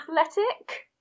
Athletic